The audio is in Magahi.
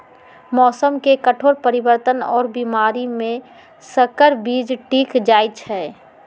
मौसम के कठोर परिवर्तन और बीमारी में संकर बीज टिक जाई छई